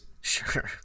Sure